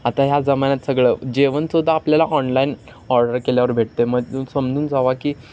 आता ह्या जमान्यात सगळं जेवणसुद्धा आपल्याला ऑनलाईन ऑर्डर केल्यावर भेटते म समजून जावा की